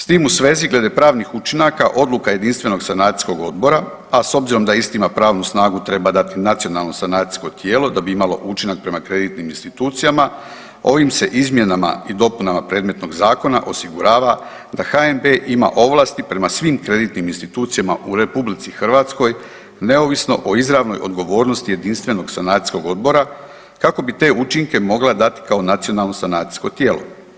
S tim u svezi glede pravnih učinaka odluka Jedinstvenog sanacijskog odbora, a s obzirom da istima pravnu snagu treba dati nacionalno sanacijsko tijelo da bi imalo učinak prema kreditnim institucijama ovim se izmjenama i dopunama predmetnog zakona osigurava da HNB ima ovlasti prema svim kreditnim institucijama u RH neovisno o izravnoj odgovornosti Jedinstvenog sanacijskog odbora kako bi te učinke mogla dat kao nacionalno sanacijsko tijelo.